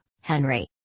Henry